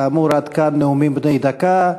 כאמור, עד כאן נאומים בני דקה.